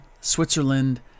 Switzerland